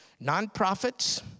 nonprofits